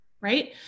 right